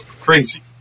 Crazy